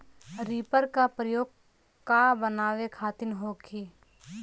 Reaper का प्रयोग का बनावे खातिन होखि?